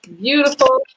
Beautiful